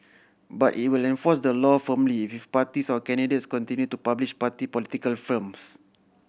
but it will enforce the law firmly if parties or candidates continue to publish party political films